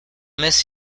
miss